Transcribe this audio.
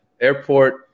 airport